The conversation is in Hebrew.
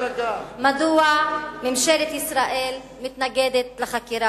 היא אמרה פה משהו חדש?